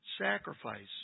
sacrifice